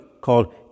called